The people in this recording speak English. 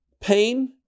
pain